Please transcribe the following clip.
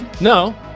No